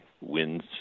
wins